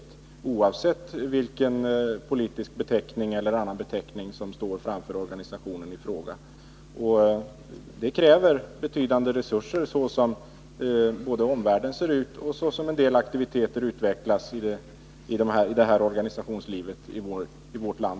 Det gäller oavsett vilken politisk eller annan beteckning som organisationen i fråga har. För detta krävs betydande resurser, både med hänsyn till hur omvärlden ser ut och med hänsyn till hur aktiviteter i detta organisationsliv utvecklas också i vårt land.